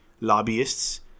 lobbyists